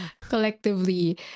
collectively